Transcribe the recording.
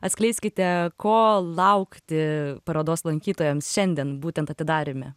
atskleiskite ko laukti parodos lankytojams šiandien būtent atidaryme